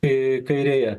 į kairiąją